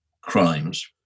crimes